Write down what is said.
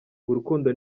urukundo